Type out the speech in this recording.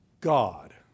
God